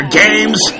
games